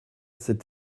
cet